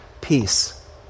peace